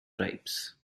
tribes